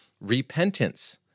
repentance